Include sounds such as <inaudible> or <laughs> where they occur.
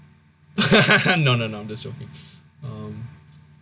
<laughs> no no no just joking